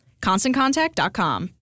ConstantContact.com